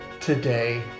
today